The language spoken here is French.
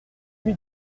lui